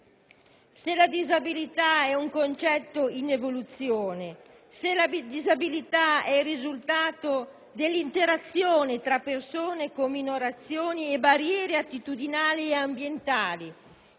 Se la disabilità è un concetto in evoluzione, se la disabilità è il risultato dell'interazione tra persone con minorazioni e barriere attitudinali e ambientali,